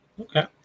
Okay